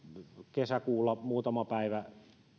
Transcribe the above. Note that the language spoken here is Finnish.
kesäkuulla muutaman päivän